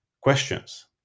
questions